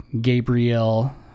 Gabriel